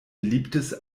beliebtes